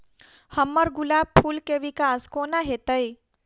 हम्मर गुलाब फूल केँ विकास कोना हेतै?